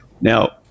Now